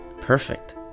perfect